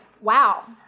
wow